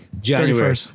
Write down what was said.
January